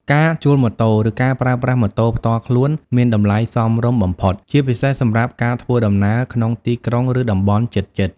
ការជួលម៉ូតូ ឬការប្រើប្រាស់ម៉ូតូផ្ទាល់ខ្លួនមាន តម្លៃសមរម្យបំផុត ជាពិសេសសម្រាប់ការធ្វើដំណើរក្នុងទីក្រុង ឬតំបន់ជិតៗ។